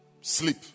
Sleep